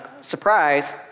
Surprise